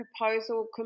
proposal